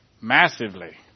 massively